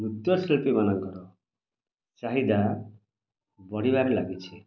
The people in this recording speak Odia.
ନୃତ୍ୟ ଶିଳ୍ପୀମାନଙ୍କର ଚାହିଦା ବଢ଼ିବାରେ ଲାଗିଛି